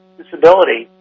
disability